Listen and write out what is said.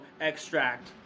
extract